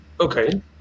Okay